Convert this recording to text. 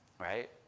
right